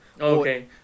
Okay